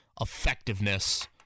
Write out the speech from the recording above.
effectiveness